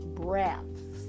breaths